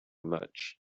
much